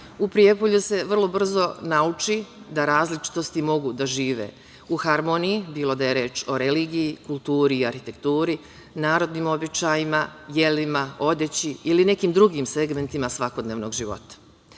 Prijepolju se vrlo brzo nauči da različitosti mogu da žive u harmoniji, bilo da je reč o religiji, kulturi i arhitekturi, narodnim običajima, jelima, odeći ili nekim drugim segmentima svakodnevnog života. Dom